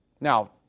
Now